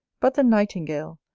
but the nightingale,